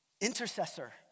intercessor